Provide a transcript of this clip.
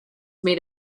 made